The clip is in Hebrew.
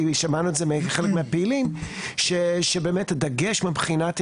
כי שמענו על זה מחלק הפעילים שבאמת הדגש מבחינת,